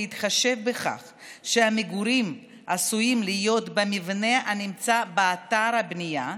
ובהתחשב בכך שהמגורים עשויים להיות במבנה הנמצא באתר הבנייה,